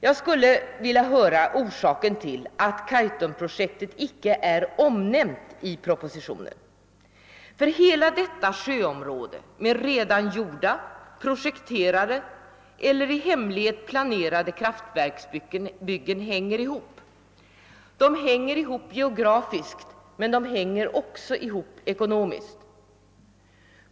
Jag skulle vilja höra vad som är orsaken till att Kaitumprojektet icke är omnämnt i propositionen, ty alla delar av detta sjöområde, med redan projekterade eller i hemlighet planerade kraftverksbyggen, hänger ihop. De hänger ihop geografiskt, men de hänger också ihop ekonomiskt.